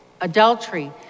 Adultery